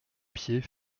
pied